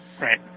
Right